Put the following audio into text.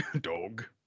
Dog